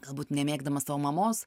galbūt nemėgdamas tavo mamos